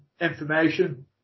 information